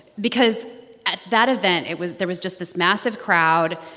because at that event, it was there was just this massive crowd.